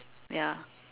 ya